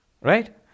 Right